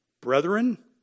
Brethren